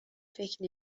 فکر